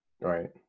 Right